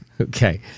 Okay